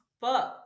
books